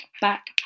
back